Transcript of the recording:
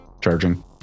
charging